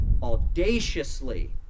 audaciously